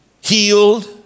Healed